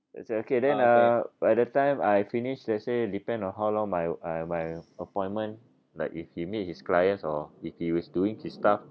I said okay then uh by the time I finish let's say depend on how long my I my appointment like if he meet his clients or if he was doing his stuff